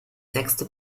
sechste